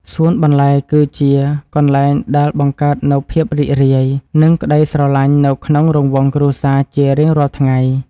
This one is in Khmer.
សួនបន្លែគឺជាកន្លែងដែលបង្កើតនូវភាពរីករាយ និងក្តីស្រឡាញ់នៅក្នុងរង្វង់គ្រួសារជារៀងរាល់ថ្ងៃ។